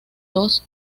dos